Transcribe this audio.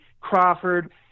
Crawford